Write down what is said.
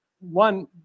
one